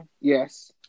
Yes